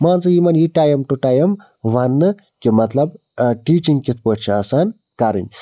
مان ژٕ یِمَن یہِ ٹایم ٹُو ٹایم وَننہٕ کہِ مطلب آ ٹیٖچِنٛگ کِتھٕ پٲٹھۍ چھِ آسان کَرٕنۍ